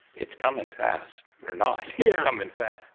it's coming fast, but or not, it's coming fast.